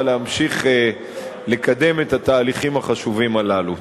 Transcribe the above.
להמשיך לקדם את התהליכים החשובים הללו.